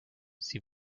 sie